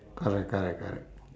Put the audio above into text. correct correct correct